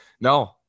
No